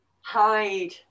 hide